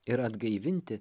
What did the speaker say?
ir atgaivinti